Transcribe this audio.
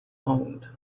owned